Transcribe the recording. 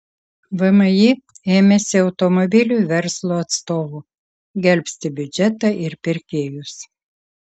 vmi ėmėsi automobilių verslo atstovų gelbsti biudžetą ir pirkėjus